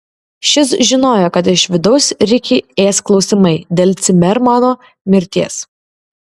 šis žinojo kad iš vidaus rikį ės klausimai dėl cimermano mirties